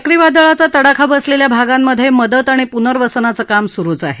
चक्रीवादळाचा तडाखा बसलेल्या भागांमधे मदत आणि पुनर्वसनाचं काम सुरुच आहे